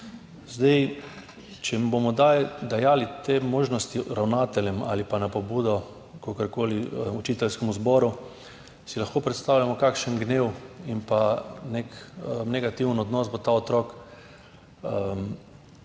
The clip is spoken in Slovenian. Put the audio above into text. Če bomo dajali te možnosti ravnateljem ali pa na pobudo učiteljskemu zboru, si lahko predstavljamo, kakšen gnev in nek negativen odnos bo ta otrok gojil